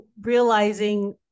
realizing